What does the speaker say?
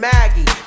Maggie